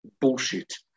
bullshit